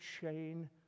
chain